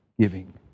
giving